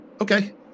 Okay